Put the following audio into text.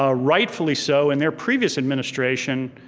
ah rightfully so, in their previous administration,